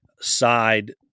side